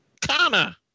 Kana